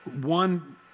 one